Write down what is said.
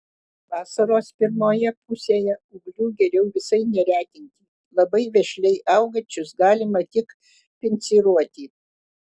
vasaros pirmoje pusėje ūglių geriau visai neretinti labai vešliai augančius galima tik pinciruoti